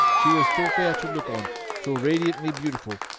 she was so fair to look on, so radiantly beautiful,